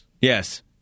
Yes